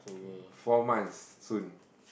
four months soon